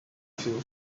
feel